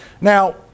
Now